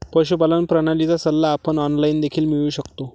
पशुपालन प्रणालीचा सल्ला आपण ऑनलाइन देखील मिळवू शकतो